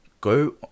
go